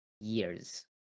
years